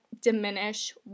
diminish